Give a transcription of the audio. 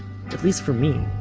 at least for me,